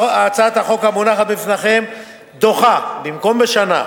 הצעת החוק המונחת בפניכם דוחה במקום בשנה,